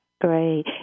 Great